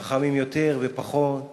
חכמים יותר ופחות,